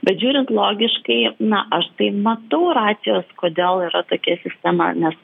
bet žiūrint logiškai na aš tai matau racijos kodėl yra tokia sistema nes